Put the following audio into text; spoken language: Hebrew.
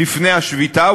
לפני השביתה,